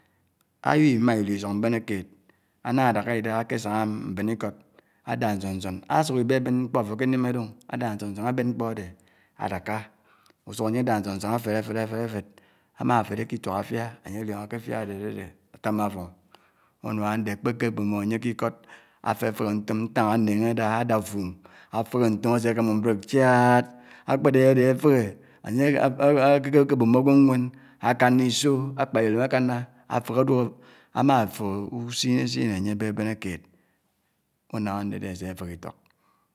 mà idi isòng bènìkìd, àña dákádá kè sángá mben ikot àdè nsòn nsòn, ásuk ábi bèbèn mkpò àfò ákè nimmè dè ò, ádá nsòn-nsòn ábèn mkpò ádè ádáká, usuhò ányè nsòn-nsòn áfèd, áfèd, áfèd, áfèd, ámáfèd ikituàk áfiá ányè áliòngò kè áfiá ádè ádèdè, átámmá áfudò, unám ándà ákpèkè bòmmò ányè k'ikòt, áfèfèhè ntòm ntàñ ánèkè dá utum, áfèhè ntòm ásè kè mu̱m break chiaaad, ákpèdè ádè áfèhè ányè ákè bòmmò ágwò mwèn ányè ákámá isò ákpá èdèm ákánná áfèhè áduk, ámáfudò usinsin ányè bèbènè kèd, unám ándèdè ásè fèhè itók.